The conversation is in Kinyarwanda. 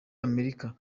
amerika